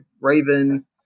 Raven